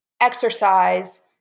exercise